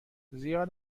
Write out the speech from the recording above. زیاد